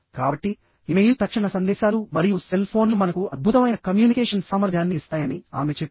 కాబట్టి ఇమెయిల్ తక్షణ సందేశాలు మరియు సెల్ ఫోన్లు మనకు అద్భుతమైన కమ్యూనికేషన్ సామర్థ్యాన్ని ఇస్తాయని ఆమె చెప్పింది